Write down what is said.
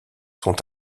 sont